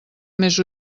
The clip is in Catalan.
més